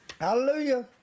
hallelujah